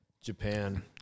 Japan